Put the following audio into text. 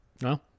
no